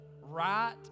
right